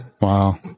wow